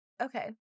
Okay